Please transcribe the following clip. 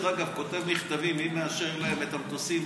כותב מכתבים ושואל מי מאשר להם את המטוסים.